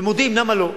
ומודיעים למה לא.